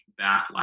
backlash